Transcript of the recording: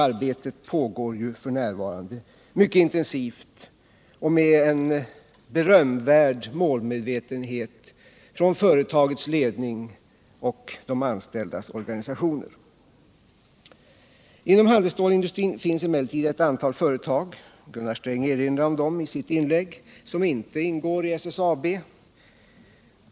Arbetet pågår f. n. mycket intensivt och med en berömvärd målmedvetenhet från företagets ledning och de anställdas organisationer. Inom handelsstålsindustrin finns emellertid ett antal företag — Gunnar Sträng erinrade om dem i sitt inlägg — som inte ingår i SSAB.